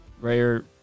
Rare